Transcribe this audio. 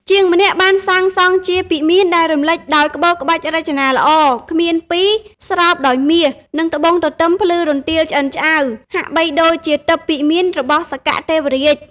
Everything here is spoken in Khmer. ជាងម្នាក់បានសាងសង់ជាពិមានដែលរំលេចដោយក្បូរក្បាច់រចនាល្អគ្មានពីរ ស្រោបដោយមាស និងត្បូងទទឹមភ្លឺរន្ទាលឆ្អិនឆ្អៅ ហាក់បីដូចជាទិព្វពិមានរបស់សក្កទេវរាជ។